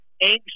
anxious